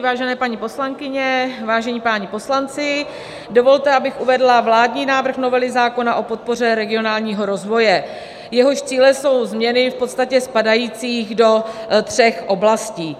Vážené paní poslankyně, vážení páni poslanci, dovolte, abych uvedla vládní návrh novely zákona o podpoře regionálního rozvoje, jehož cílem jsou změny v podstatě spadající do tří oblastí.